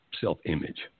self-image